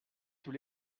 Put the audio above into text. tous